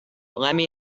lemme